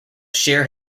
share